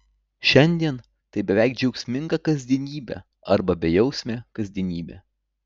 šiandien tai beveik džiaugsminga kasdienybė arba bejausmė kasdienybė